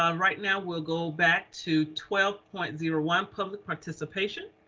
um right now we'll go back to twelve point zero one public participation.